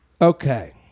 Okay